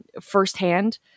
firsthand